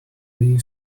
you